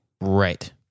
Right